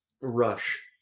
Rush